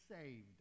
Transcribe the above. saved